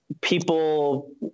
people